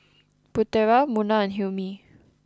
Putera Munah and Hilmi